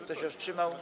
Kto się wstrzymał?